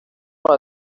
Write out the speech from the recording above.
tema